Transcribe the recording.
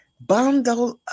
Bundle